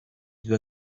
due